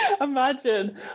imagine